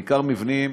בעיקר מבנים